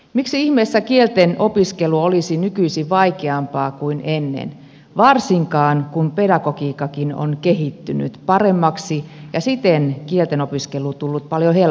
miksi ihmeessä kieltenopiskelu olisi nykyisin vaikeampaa kuin ennen varsinkaan kun pedagogiikkakin on kehittynyt paremmaksi ja siten kieltenopiskelu tullut paljon helpommaksi